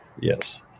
Yes